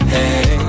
Hey